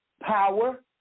power